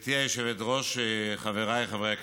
גברתי היושבת-ראש, חבריי חברי הכנסת,